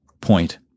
point